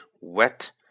wet